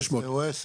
₪.